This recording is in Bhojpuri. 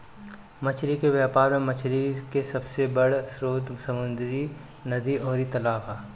मछली के व्यापार में मछरी के सबसे बड़ स्रोत समुंद्र, नदी अउरी तालाब हवे